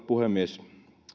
puhemies